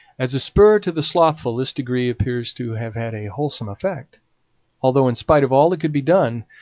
as a spur to the slothful this decree appears to have had a wholesome effect although, in spite of all that could be done,